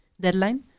deadline